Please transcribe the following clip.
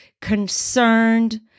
concerned